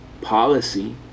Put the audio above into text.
policy